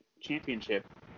championship